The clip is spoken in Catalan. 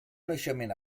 naixement